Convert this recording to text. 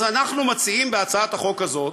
אז אנחנו מציעים בהצעת החוק הזאת,